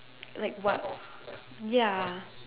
like what ya